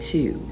Two